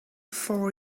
for